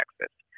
Texas